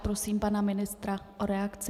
Prosím pana ministra o reakci.